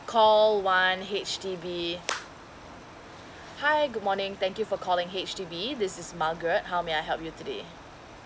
call one H_D_B hi good morning thank you for calling H_D_B this is margaret how may I help you today